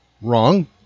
wrong